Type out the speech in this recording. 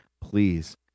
please